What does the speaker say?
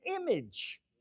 image